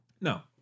No